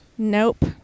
Nope